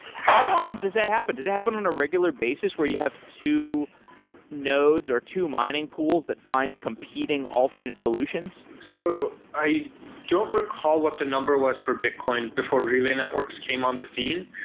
how often does that happen? does that happen on a regular basis where you have two nodes, or two mining pools that find competing alternate solutions? so i don't recall what the number was for bitcoin before relay networks came on the scene.